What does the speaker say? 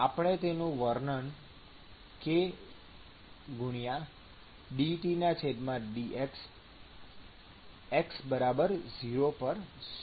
આપણે તે નું વર્ણન kdTdx|x00 દ્વારા કરીશું